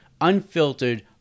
unfiltered